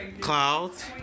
clouds